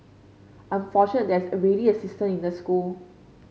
I'm fortunate there's already a system in the school